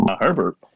Herbert